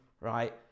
right